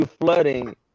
flooding